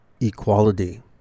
equality